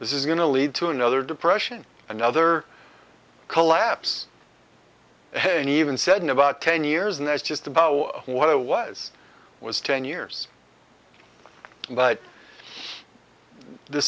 this is going to lead to another depression another collapse and even said in about ten years and that's just about what it was was ten years but the